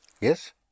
Yes